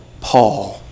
Paul